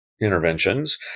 Interventions